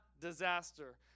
disaster